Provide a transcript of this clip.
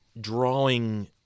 Drawing